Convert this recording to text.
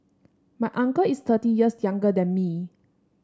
my uncle is thirty years younger than me